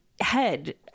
head